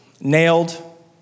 nailed